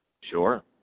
Sure